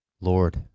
Lord